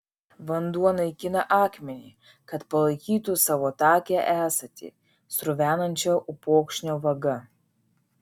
vanduo naikina akmenį kad palaikytų savo takią esatį sruvenančią upokšnio vaga